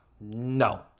No